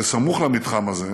וסמוך למתחם הזה